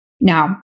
Now